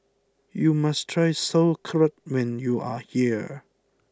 you must try Sauerkraut when you are here